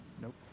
Nope